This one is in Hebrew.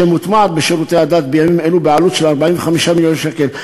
שמוטמעת בשירותי הדת בימים אלו בעלות של 45 מיליון שקל,